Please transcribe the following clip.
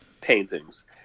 paintings